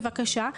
בבקשה,